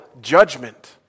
judgment